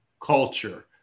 culture